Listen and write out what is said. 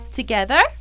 Together